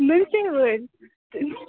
نُن چاے وٲلۍ